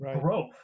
growth